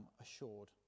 assured